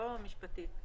לא משפטית.